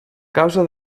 causa